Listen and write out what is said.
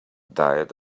diet